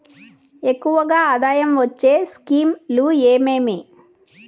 ఎక్కువగా ఆదాయం వచ్చే స్కీమ్ లు ఏమేమీ?